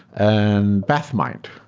and pathmind.